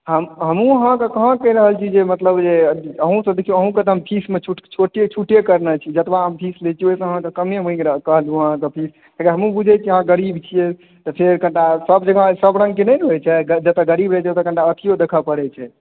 हमहूँ अहाँके कहाँ कहि रहल छी जे मतलब जे अहूँ तऽ देखियौ अहूँके तऽ फीस मे छूटे करने छी जतबा हम फीस लै छियै ओहिसॅं अहाँकेॅं कम्मे कहलहुॅं हैं अपन फीस कियै कि हमहूँ बुझै छियै अहाँ गरीब छियै तऽ छै कनीटा सब दिना सब रंग के नहि ने होइ छै जतय गरीब होइ छै ओतय कनीटा अथियो देखय परै छै